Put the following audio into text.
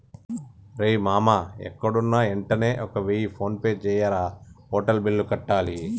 రేయ్ మామా ఎక్కడున్నా యెంటనే ఒక వెయ్య ఫోన్పే జెయ్యిరా, హోటల్ బిల్లు కట్టాల